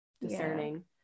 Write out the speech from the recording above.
Discerning